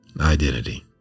identity